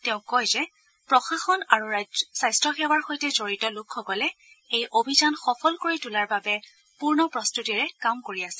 তেওঁ কয় যে প্ৰশাসন আৰু স্বাস্থ্যসেৱাৰ সৈতে জড়িত লোকসকলে এই অভিযান সফল কৰি তোলাৰ বাবে পূৰ্ণ প্ৰস্ততিৰে কাম কৰি আছে